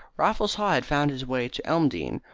raffles haw had found his way to elmdene,